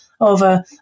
over